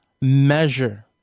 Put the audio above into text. measure